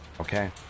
okay